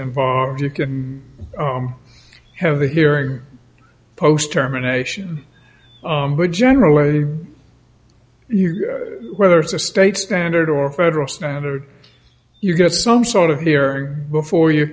involved you can have the hearing post germination but generally your whether it's a state standard or federal standard you get some sort of hearing before you're